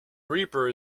reaper